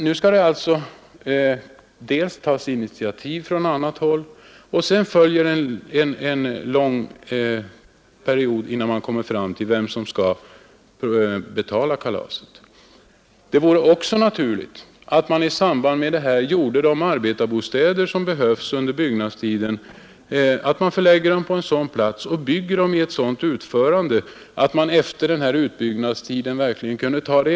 Nu måste alltså initiativet tas från annat håll; sedan följer en lång period innan man kommer fram till ett beslut om vem som skall betala kalaset. Det vore också naturligt att de arbetarbostäder som behövs när kraftstationen byggs förlades till en sådan plats och utfördes så att de efter utbyggnadstiden kan tas i anspråk av turismen.